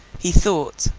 he thought,